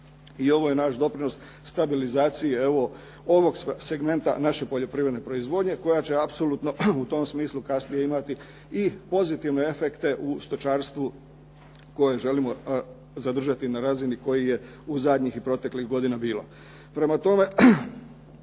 i ovo je naš doprinos stabilizaciji evo ovog segmenta naše poljoprivredne proizvodnje koja će apsolutno u tom smislu kasnije imati i pozitivne efekte u stočarstvu koje želimo zadržati na razini koji je u zadnjih i proteklih godina bilo.